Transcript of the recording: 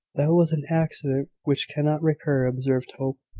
that was an accident which cannot recur, observed hope.